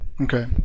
Okay